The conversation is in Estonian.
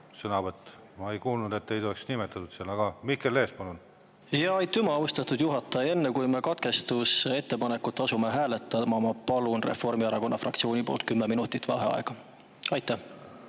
Ma ei kuulnud, et teid oleks nimetatud. Aga, Mihkel Lees, palun! Aitüma, austatud juhataja! Enne kui me katkestusettepaneku üle asume hääletama, palun Reformierakonna fraktsiooni poolt kümme minutit vaheaega. Aitüma,